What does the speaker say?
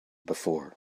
before